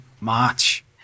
March